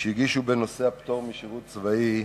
שהגישו בנושא הפטור משירות צבאי לבנות.